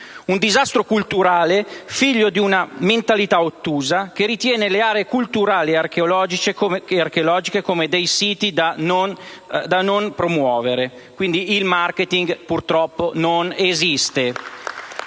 Un disastro culturale figlio di una mentalità ottusa che ritiene le aree culturali archeologiche come siti da non promuovere. Quindi il *marketing*, purtroppo, non esiste.